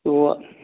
ꯑꯣ